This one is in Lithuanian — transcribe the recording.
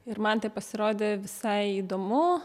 ir man tai pasirodė visai įdomu